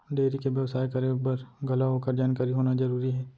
dairy के बेवसाय करे बर घलौ ओकर जानकारी होना जरूरी हे